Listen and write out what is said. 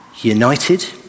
united